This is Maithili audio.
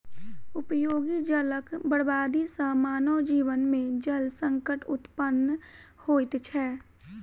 उपयोगी जलक बर्बादी सॅ मानव जीवन मे जल संकट उत्पन्न होइत छै